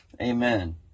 Amen